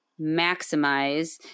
maximize